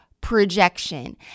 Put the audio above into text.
projection